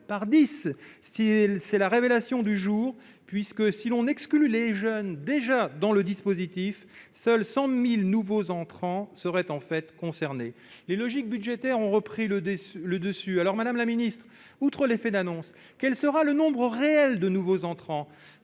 par dix ; c'est la révélation du jour ! En effet, si l'on exclut les jeunes déjà pris en charge par les dispositifs existants, seuls 100 000 nouveaux entrants seraient en fait concernés. Les logiques budgétaires ont repris le dessus ! Alors, madame la ministre, outre l'effet d'annonce, quel sera le nombre réel de nouveaux entrants ?